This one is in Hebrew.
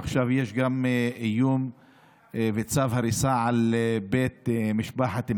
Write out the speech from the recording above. עכשיו יש גם איום וצו הריסה על בית משפחת מחארב,